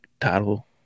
title